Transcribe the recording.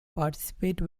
participate